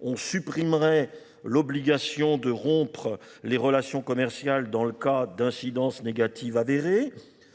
On supprimerait l'obligation de rompre les relations commerciales dans le cas d'incidence négative avérée.